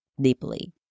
deeply